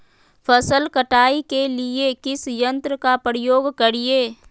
फसल कटाई के लिए किस यंत्र का प्रयोग करिये?